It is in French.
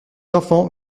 enfants